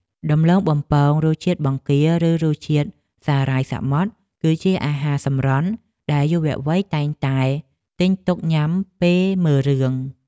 ដំឡូងបំពងរសជាតិបង្គាឬរសជាតិសារាយសមុទ្រគឺជាអាហារសម្រន់ដែលយុវវ័យតែងតែទិញទុកញ៉ាំពេលមើលរឿង។